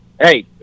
hey